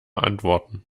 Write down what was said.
antworten